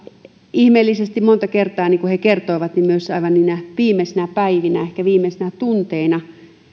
ihmeellisesti monta kertaa niin kuin he kertoivat myös aivan niinä viimeisinä päivinä ehkä viimeisinä tunteina